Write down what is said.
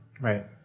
Right